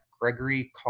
Gregory